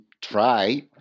try